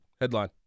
headline